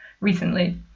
recently